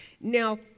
Now